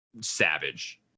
Savage